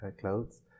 clothes